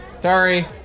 Sorry